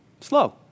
Slow